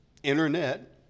Internet